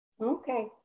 Okay